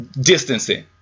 distancing